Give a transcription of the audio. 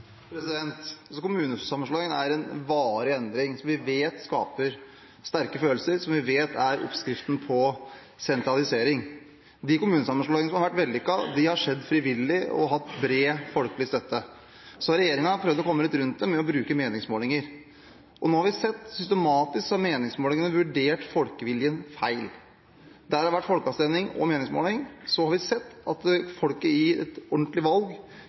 Kommunesammenslåingen er en varig endring som vi vet skaper sterke følelser, og som vi vet er oppskriften på sentralisering. De kommunesammenslåingene som har vært vellykkede, har skjedd frivillig og har hatt bred folkelig støtte. Så har regjeringen prøvd å komme litt rundt det ved å bruke meningsmålinger. Nå har vi sett at meningsmålingene systematisk har vurdert folkeviljen feil. Der det har vært folkeavstemning og meningsmåling, har vi sett at folket i et ordentlig valg